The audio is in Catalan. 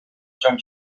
sant